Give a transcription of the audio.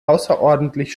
außerordentlich